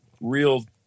real